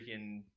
freaking